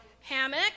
Hammock